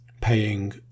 Paying